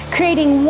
Creating